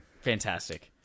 fantastic